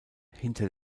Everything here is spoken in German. hinter